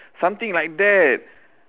something like that